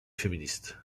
féministe